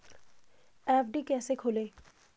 FD कैसे खोलें?